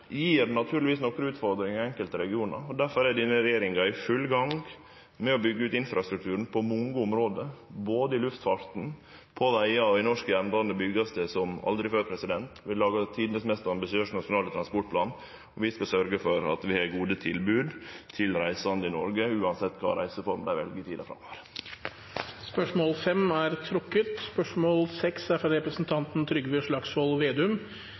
naturlegvis nokre utfordringar i enkelte regionar, og difor er denne regjeringa i full gang med å byggje ut infrastrukturen på mange område. Både i luftfarten, på vegar og i norsk jernbane vert det bygd som aldri før. Vi har laga tidenes mest ambisiøse nasjonale transportplan, og vi skal sørgje for at vi har gode tilbod til reisande i Noreg, uansett kva reiseform dei vel, i tida framover. Dette spørsmålet er trukket tilbake. Dette spørsmålet, fra representanten Trygve Slagsvold Vedum